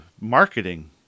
marketing